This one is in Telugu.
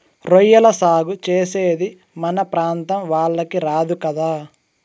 రొయ్యల సాగు చేసేది మన ప్రాంతం వాళ్లకి రాదు కదా